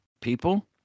people